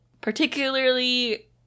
Particularly